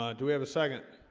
um do we have a second?